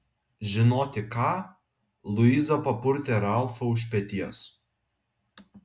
žinoti ką luiza papurtė ralfą už peties